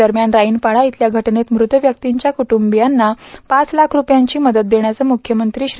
दरम्यान राइनपाडा इथल्या घटनेत मृत व्यक्तींच्या कुट्टबियांना पाच लाख रुपयांची मदत देण्याचं मुख्यमंत्री श्री